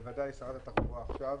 בוודאי שרת התחבורה עכשיו,